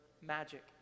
magic